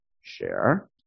Share